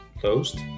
closed